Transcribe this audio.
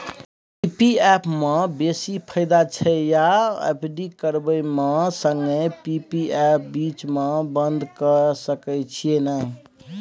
P P F म बेसी फायदा छै या एफ.डी करबै म संगे पी.पी एफ बीच म बन्द के सके छियै न?